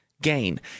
gain